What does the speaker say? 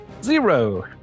Zero